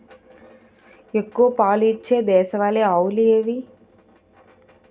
ఎక్కువ పాలు ఇచ్చే దేశవాళీ ఆవులు ఏవి?